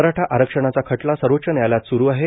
मराठा आरक्षणाचा खटला सर्वोच्च न्यायालयात स्रु आहे